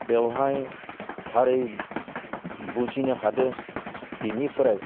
बेवहाय थारै बुजिनो हादों बिनिफ्राय